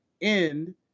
end